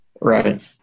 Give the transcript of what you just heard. Right